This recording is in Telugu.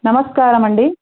నమస్కారం అండి